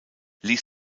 ließ